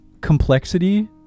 complexity